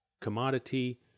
commodity